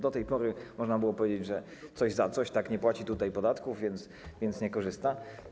Do tej pory można było powiedzieć, że coś za coś - nie płaci tutaj podatków, więc nie korzysta.